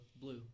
blue